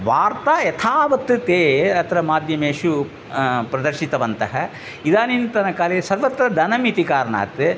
वार्ता यथावत् ते अत्र माध्यमेषु प्रदर्शितवन्तः इदानीन्तनकाले सर्वत्र धनम् इति कारणात्